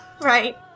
right